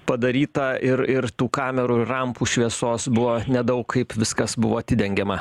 padaryta ir ir tų kamerų ir rampų šviesos buvo nedaug kaip viskas buvo atidengiama